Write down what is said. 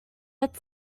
but